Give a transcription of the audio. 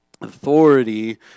Authority